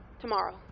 Tomorrow